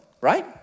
right